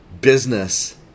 business